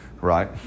right